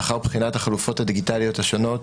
לאחר בחינת החלופות הדיגיטליות השונות,